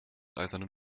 eisernen